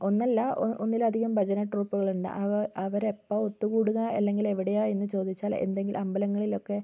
ഒന്നല്ല ഒ ഒന്നിലധികം ഭജന ട്രൂപ്പുകളുണ്ട് അവ അവരെപ്പോൾ ഒത്ത്കൂടുക അല്ലെങ്കിൽ എവിടെയാണെന്ന് ചോദിച്ചാൽ എന്തെങ്കിലും അമ്പലങ്ങളിലൊക്കെ